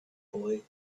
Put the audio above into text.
boy